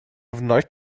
вновь